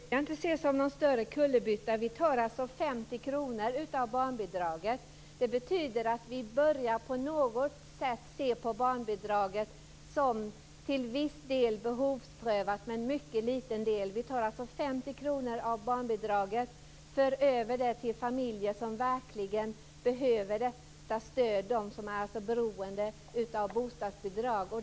Herr talman! Det behöver inte ses som en större kullerbytta. Vi tar 50 kr av barnbidraget. Det betyder att vi börjar att se barnbidraget som till viss del behovsprövat. Det är en mycket liten del. Vi tar 50 kr av barnbidraget, och vi för över det till familjer som verkligen behöver detta stöd, dvs. de som verkligen är beroende av bostadsbidrag.